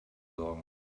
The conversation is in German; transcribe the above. sorgen